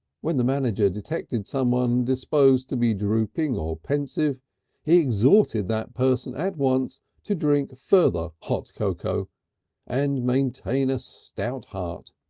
when the manager detected anyone disposed to be drooping or pensive he exhorted that person at once to drink further hot cocoa and maintain a stout heart.